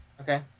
Okay